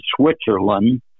Switzerland